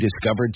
discovered